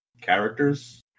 characters